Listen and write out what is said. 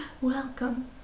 Welcome